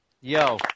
yo